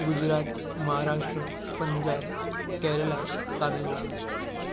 Gujarat Maharashtra Punjab Kerala Tamil Nadu